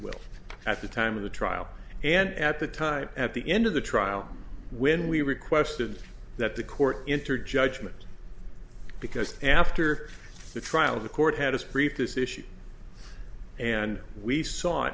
will at the time of the trial and at the time at the end of the trial when we requested that the court entered judgment because after the trial the court had just brief this issue and we s